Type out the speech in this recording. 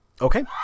Okay